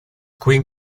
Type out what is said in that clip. queen